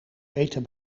eten